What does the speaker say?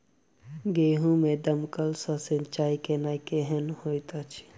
गेंहूँ मे दमकल सँ सिंचाई केनाइ केहन होइत अछि?